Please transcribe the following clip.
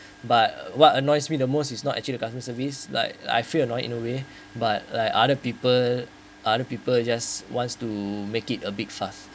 but what annoys me the most is not actually the customer service like I feel annoy in a way but like other people other people just wants to make it a bit fast